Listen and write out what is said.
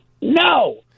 No